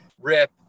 rip